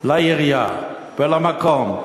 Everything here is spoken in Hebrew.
לעירייה ולמקום,